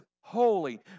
holy